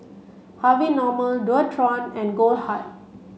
Harvey Norman Dualtron and Goldheart